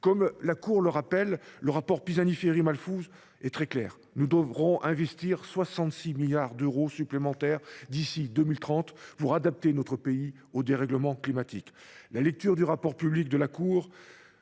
Comme la Cour le rappelle, le rapport de Jean Pisani Ferry et Selma Mahfouz est très clair : nous devrons investir 66 milliards d’euros supplémentaires d’ici à 2030 pour adapter notre pays au dérèglement climatique. La lecture du rapport public annuel